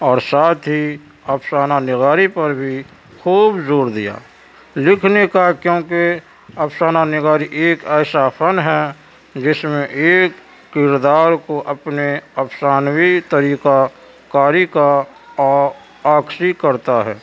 اور ساتھ ہی افسانہ نگاری پر بھی خوب زور دیا لکھنے کا کیونکہ افسانہ نگاری ایک ایسا فن ہے جس میں ایک کردار کو اپنے افسانوی طریقہ کاری کا عکاسی کرتا ہے